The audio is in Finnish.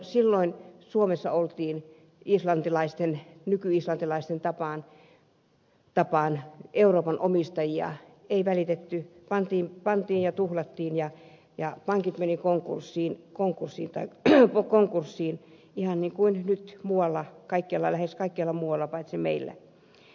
silloin suomessa oltiin nykyislantilaisten tapaan euroopan omistajia ei välitetty pantiin rahat menemään ja tuhlattiin ja pankit menivät konkurssiin ihan niin kuin nyt lähes kaikkialla muualla paitsi meillä